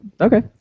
Okay